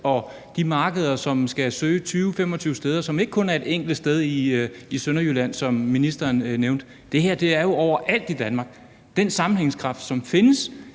og de markeder, der skal søge 20-25 steder. Det er ikke kun et enkelt sted i Sønderjylland, som ministeren nævnte. Det her er jo overalt i Danmark. Den sammenhængskraft, som findes